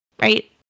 right